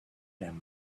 him